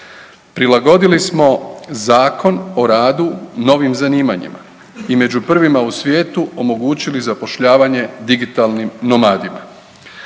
Prilagodili smo Zakon o radu novim zanimanjima i među prvima u svijetu omogućili zapošljavanje digitalnim nomadima.